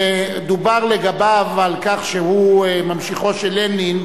דובר לגביו על כך שהוא ממשיכו של לנין,